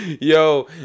Yo